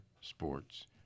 Sports